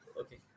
Okay